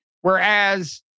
whereas